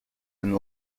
and